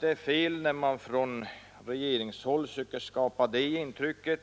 Det är fel när man från regeringshåll söker skapa det intrycket,